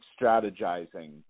strategizing